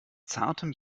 zartem